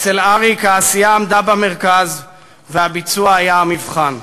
אצל אריק העשייה עמדה במרכז והביצוע היה המבחן.